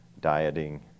dieting